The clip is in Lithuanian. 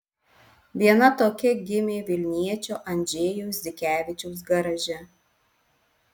viena tokia gimė vilniečio andžejaus dzikevičiaus garaže